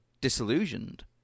disillusioned